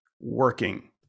working